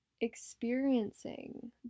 experiencing